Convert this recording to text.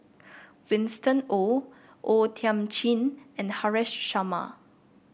Winston Oh O Thiam Chin and Haresh Sharma